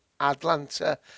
Atlanta